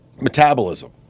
metabolism